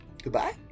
Goodbye